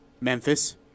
Memphis